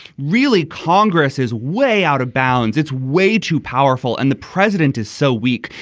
really. congress is way out of bounds it's way too powerful and the president is so weak.